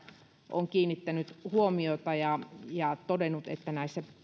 on kiinnittänyt huomiota ja ja todennut